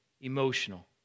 Emotional